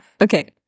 Okay